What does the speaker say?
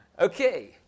Okay